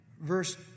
Verse